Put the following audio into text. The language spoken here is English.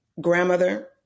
grandmother